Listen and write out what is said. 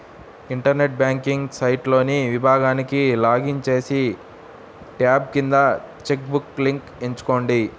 internet banking సైట్లోని విభాగానికి login చేసి, ట్యాబ్ కింద చెక్ బుక్ లింక్ ఎంచుకోండి